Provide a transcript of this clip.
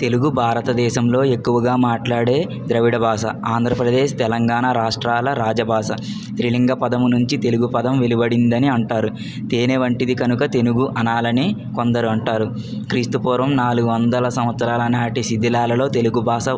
తెలుగు భారతదేశంలో ఎక్కువగా మాట్లాడే ద్రావిడ భాష ఆంధ్రప్రదేశ్ తెలంగాణ రాష్ట్రాల రాజభాష త్రిలింగ పదము నుంచి తెలుగు పదం వెలువడిందని అంటారు తేనె వంటిది కనుక తెనుగు అనాలని కొందరు అంటారు క్రీస్తు పూర్వం నాలుగు వందల సంవత్సరాల నాటి శిథిలాలలో తెలుగు భాష